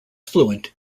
fluent